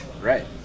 Right